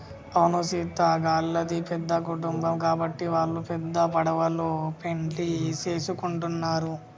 అవును సీత గళ్ళది పెద్ద కుటుంబం గాబట్టి వాల్లు పెద్ద పడవలో పెండ్లి సేసుకుంటున్నరు